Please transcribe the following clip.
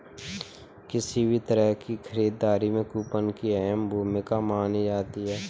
किसी भी तरह की खरीददारी में कूपन की अहम भूमिका मानी जाती है